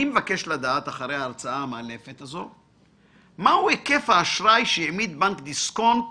אני מבקש לדעת מה הוא היקף האשראי שהעמיד בנק דיסקונט